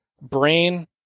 brain